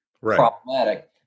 problematic